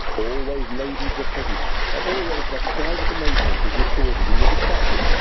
always ladies were present and always that private amazement was recorded in the dispatches.